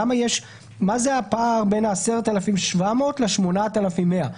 מה זה הפער בין ה-10,700 ל-8,100,